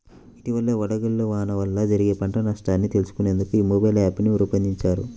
ఇటీవలనే వడగళ్ల వాన వల్ల జరిగిన పంట నష్టాన్ని తెలుసుకునేందుకు మొబైల్ యాప్ను రూపొందించారు